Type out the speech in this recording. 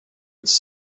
its